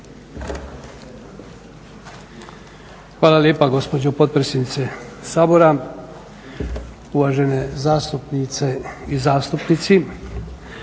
Hvala lijepa gospođo potpredsjednice Sabora, uvažene zastupnice i zastupnici.